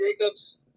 Jacobs